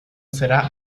será